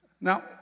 Now